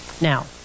Now